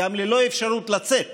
גם ללא אפשרות לצאת